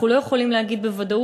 אנחנו לא יכולים לומר בוודאות,